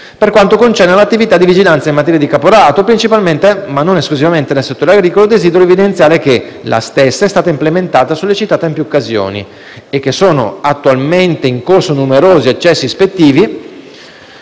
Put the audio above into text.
Per quanto concerne l'attività di vigilanza in materia di caporalato principalmente, ma non esclusivamente nel settore agricolo, desidero evidenziare che la stessa è stata implementata e sollecitata in più occasioni e che sono attualmente in corso numerosi accessi ispettivi